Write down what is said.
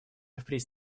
впредь